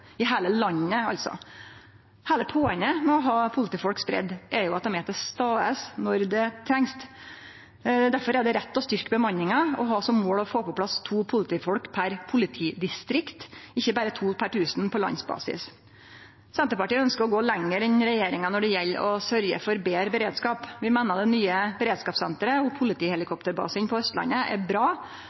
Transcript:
i heile landet, altså. Heile poenget med å ha politifolk spreidd er jo at dei er til stades når dei trengst. Derfor er det rett å styrkje bemanninga og ha som mål å få på plass to politifolk per politidistrikt, ikkje berre to per tusen på landsbasis. Senterpartiet ønskjer å gå lenger enn regjeringa når det gjeld å sørgje for betre beredskap. Vi meiner det nye beredskapssenteret og politihelikopterbasen på Austlandet er bra,